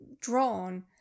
drawn